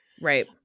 Right